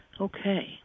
Okay